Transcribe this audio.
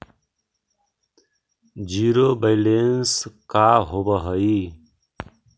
Zero balance का होव हइ?